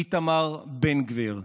איתמר בן גביר.